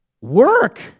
Work